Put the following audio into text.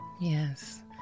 Yes